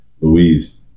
Louise